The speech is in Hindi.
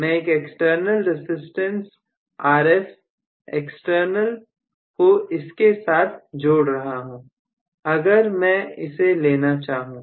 मैं एक एक्सटर्नल रेजिस्टेंस Rf एक्सटर्नल को इसके साथ जोड़ सकता हूं अगर मैं इसे लेना चाहूं